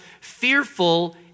fearful